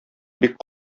бик